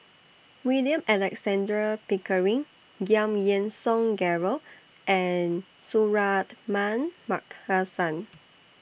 William Alexander Pickering Giam Yean Song Gerald and Suratman Markasan